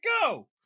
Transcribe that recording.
go